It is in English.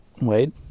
Wade